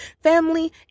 Family